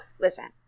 listen